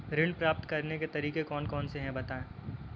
ऋण प्राप्त करने के तरीके कौन कौन से हैं बताएँ?